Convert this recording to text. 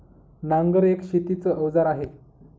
नांगर एक शेतीच अवजार आहे